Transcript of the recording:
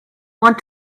want